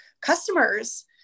customers